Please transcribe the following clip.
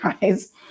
guys